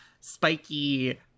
spiky